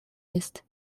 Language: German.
ist